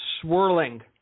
swirling